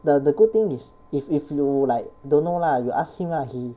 the the good thing is if if you like don't know lah you ask him lah he